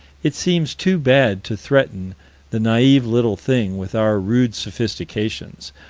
it seems too bad to threaten the naive little thing with our rude sophistications,